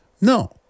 No